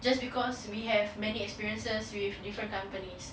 just because we have many experiences with different companies